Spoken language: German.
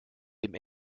dem